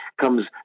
comes